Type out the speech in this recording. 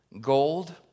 gold